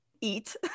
eat